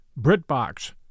BritBox